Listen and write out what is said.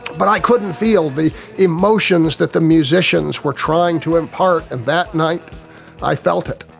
but i couldn't feel the emotions that the musicians were trying to impart, and that night i felt it.